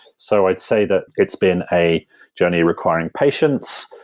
so i'd say that it's been a journey requiring patience,